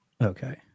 Okay